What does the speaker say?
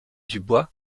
dubois